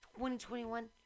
2021